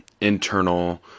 internal